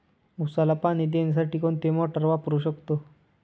उसाला पाणी देण्यासाठी कोणती मोटार वापरू शकतो?